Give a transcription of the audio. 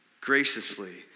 graciously